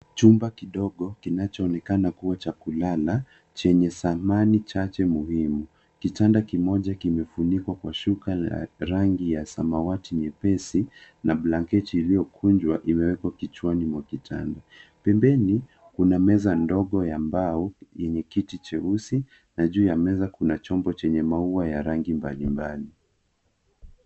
Chumba kidogo kinachoonekana cha kulala chenye samani chache muhimu. Kitanda kimoja kimefunikwa kwa shuka la rangi ya samawati nyepesi na blanketi iliyokunjwa imewekwa kichwani mwa kitanda. Pembeni kuna meza ndogo ya mbao yenye kiti cheusi na juu ya meza kuna chombo chenye maua ya rangi mbalimbali.